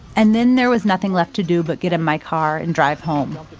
and then there was nothing left to do but get in my car and drive home.